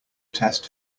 test